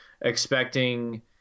expecting